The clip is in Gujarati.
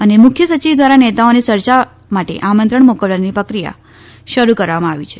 અને મુખ્ય સચિવ દ્વારા નેતાઓને ચર્ચા માટે આમંત્રણ મોકલવાની પ્રક્રિયા શરૂ કરવામાં આવી છે